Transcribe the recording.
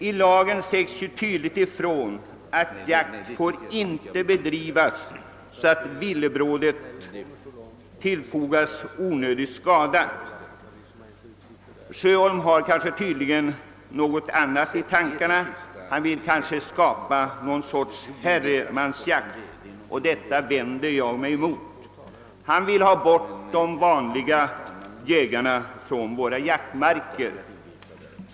I lagen sägs ju tydligt ifrån att jakt inte får bedrivas så, att villebrådet tillfogas onödig skada. Herr Sjöholm har kanske något annat i tankarna. Kanske vill han skapa någon sorts herremansjakt, men detta vänder jag mig emot. Han vill få bort de vanliga jägarna från våra jaktmarker.